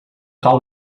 cau